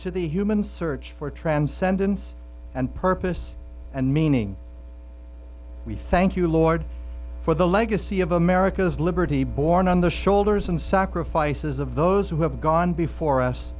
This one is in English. to the human search transcendence and purpose and meaning we thank you lord for the legacy of america's liberty born on the shoulders and sacrifices of those who have gone before us